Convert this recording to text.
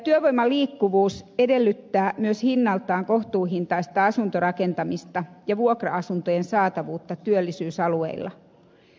työvoiman liikkuvuus edellyttää myös hinnaltaan kohtuuhintaista asuntorakentamista ja vuokra asuntojen saatavuutta työllisyysalueilla